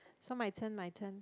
so my turn my turn